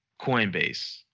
Coinbase